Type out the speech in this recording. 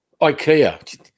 IKEA